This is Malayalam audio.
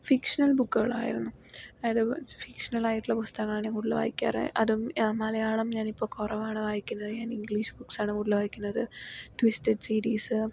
ഫിക്ഷനൽ ബുക്കുകൾ ആയിരുന്നു അതേപോലെ ഫിക്ഷനൽ ആയിട്ടുള്ള പുതകങ്ങളാണ് ഞാൻ കൂടുതൽ വായിക്കാറ് അതും മലയാളം ഞാൻ ഇപ്പോൾ കുറവാണ് വായിക്കുന്നത് ഞാൻ ഇംഗ്ലീഷ് ബുക്സാണ് കൂടുതൽ വായിക്കുന്നത് ട്വിസ്റ്റഡ് സീരീസ്